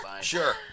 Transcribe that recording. sure